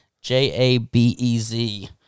J-A-B-E-Z